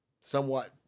somewhat